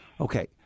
Okay